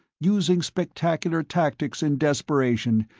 using spectacular tactics in desperation,